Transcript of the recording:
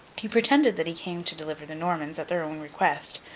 he pretended that he came to deliver the normans, at their own request,